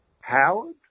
Howard